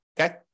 okay